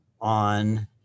on